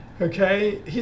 okay